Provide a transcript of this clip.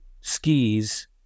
skis